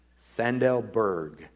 Sandelberg